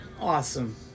awesome